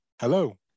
Hello